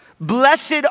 Blessed